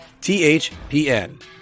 THPN